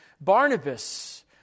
Barnabas